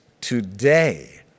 today